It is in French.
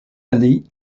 année